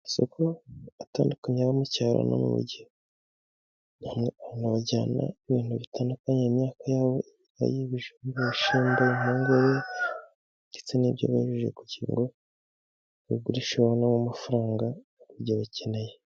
Amasoko atandukanye aba mu cyaro no mu mujyi ,ni hamwe abantu bajyana ibintu bitandukanye. Nk'ayibijumba, ibishyimbo, impungure ndetse n'ibyo baba bejeje kugira ngo babigurishe babone amafaranga bagure ibyo bakeneye.